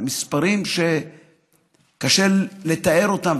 מספרים שקשה לתאר אותם,